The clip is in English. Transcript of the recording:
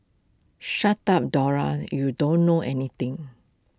shut up Dora you don't know anything